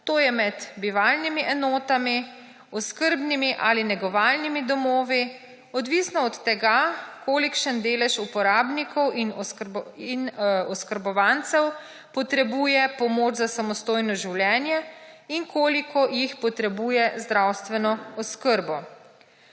to je med bivalnimi enotami, oskrbnimi ali negovalnimi domovi, odvisno od tega kolikšen delež uporabnikov in oskrbovancev potrebuje pomoč za samostojno življenje in koliko jih potrebuje zdravstveno oskrbo.